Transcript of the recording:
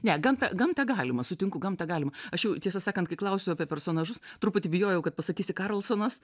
ne gamtą gamtą galima sutinku gamtą galima aš jau tiesą sakant kai klausiu apie personažus truputį bijojau kad pasakysi karlsonas